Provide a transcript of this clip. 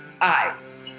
eyes